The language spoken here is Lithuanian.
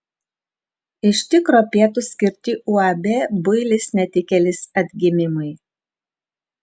iš tikro pietūs skirti uab builis netikėlis atgimimui